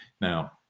Now